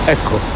Ecco